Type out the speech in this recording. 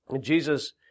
Jesus